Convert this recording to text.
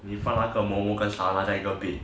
你放那个 momo 跟 sana 在一个 bed